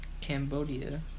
Cambodia